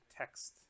text